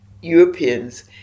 Europeans